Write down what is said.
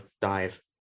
dive